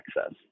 access